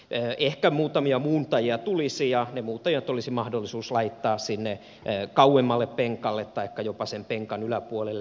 ehkä muutamia muuntajia tulisi ja ne muuntajat olisi mahdollisuus laittaa sinne kauemmalle penkalle taikka jopa sen penkan yläpuolelle